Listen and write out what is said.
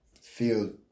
feel